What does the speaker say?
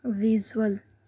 visual